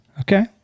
okay